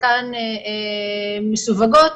שחלקן מסווגות.